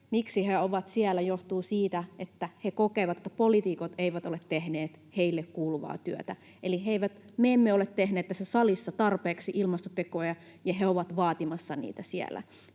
miksi he ovat siellä, johtuu siitä, että he kokevat, että poliitikot eivät ole tehneet heille kuuluvaa työtä. Eli me emme ole tehneet tässä salissa tarpeeksi ilmastotekoja, ja he ovat vaatimassa niitä siellä.